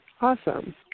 Awesome